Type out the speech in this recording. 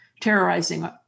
terrorizing